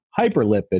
Hyperlipid